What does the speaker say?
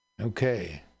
Okay